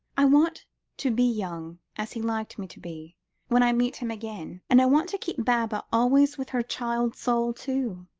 i want to be young as he liked me to be when i meet him again. and i want to keep baba always with her child soul, too,